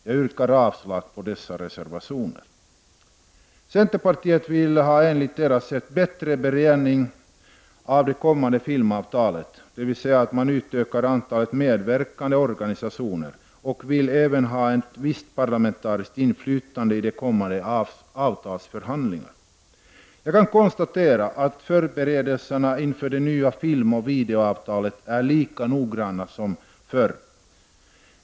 Jag yrkar avslag på dessa reservationer. Centerpartiet vill, enligt centerpartiets sätt att se, ha en bättre beredning av det kommande filmavtalet, dvs. att man skall utöka antalet medverkande organisationer och man vill även ha ett visst parlamentariskt inflytande i de kommande avtalsförhandlingarna. Jag kan konstatera att förberedelserna inför det nya filmoch videoavtalet är lika noggranna som förr.